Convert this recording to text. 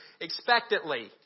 expectantly